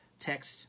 text